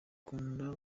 akunda